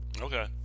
Okay